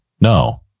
No